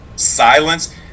silence